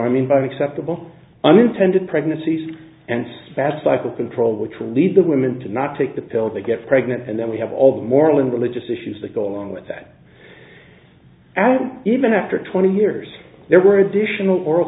i mean by acceptable unintended pregnancies and spat cycle control which will lead the women to not take the pill they get pregnant and then we have all the moral and religious issues that go along with that and even after twenty years there were additional oral